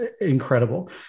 incredible